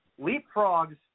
leapfrogs